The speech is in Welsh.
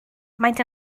maent